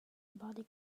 body